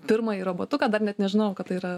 pirmąjį robotuką dar net nežinojau kad tai yra